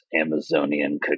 Amazonian